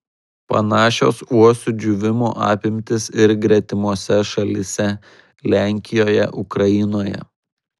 panašios uosių džiūvimo apimtys ir gretimose šalyse lenkijoje ukrainoje